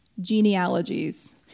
genealogies